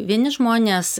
vieni žmonės